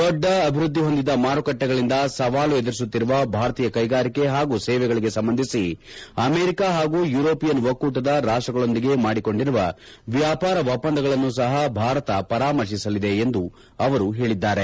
ದೊಡ್ಡ ಅಭಿವೃದ್ದಿ ಹೊಂದಿದ ಮಾರುಕಟ್ಟೆಗಳಿಂದ ಸವಾಲು ಎದುರಿಸುತ್ತಿರುವ ಭಾರತೀಯ ಕ್ವೆಗಾರಿಕೆ ಹಾಗೂ ಸೇವೆಗಳಿಗೆ ಸಂಬಂಧಿಸಿ ಅಮೇರಿಕಾ ಹಾಗೂ ಯೂರೋಪಿಯನ್ ಒಕ್ಕೂಟದ ರಾಷ್ಟ್ಗಳೊಂದಿಗೆ ಮಾಡಿಕೊಂಡಿರುವ ವ್ಯಾಪಾರ ಒಪ್ಪಂದಗಳನ್ನು ಸಹ ಭಾರತ ಪರಾಮರ್ಶಿಸಲಿದೆ ಎಂದು ಅವರು ಹೇಳಿದರು